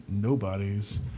nobodies